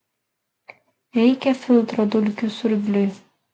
reikia filtro dulkių siurbliui